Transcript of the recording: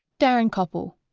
darren koppel,